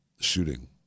shooting